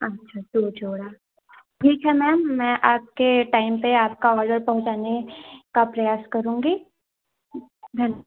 अच्छा दो जोड़ा ठीक है मैम मैं आपके टाइम पर आपका ऑर्डर पहुँचाने का प्रयास करूँगी धन्य